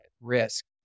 risk